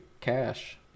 cash